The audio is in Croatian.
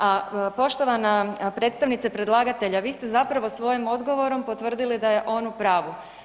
A poštovana predstavnice predlagatelja vi ste zapravo svojim odgovorom potvrdili da je on u pravu.